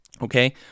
Okay